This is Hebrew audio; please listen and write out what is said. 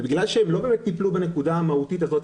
בגלל שהם לא באמת טיפלו בנקודה המהותית הזאת,